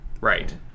Right